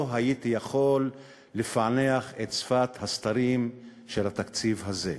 לא הייתי יכול לפענח את שפת הסתרים של התקציב הזה.